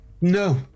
no